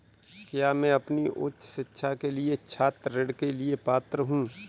क्या मैं अपनी उच्च शिक्षा के लिए छात्र ऋण के लिए पात्र हूँ?